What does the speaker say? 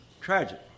Tragic